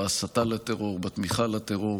מאבק בהסתה לטרור ובתמיכה בטרור.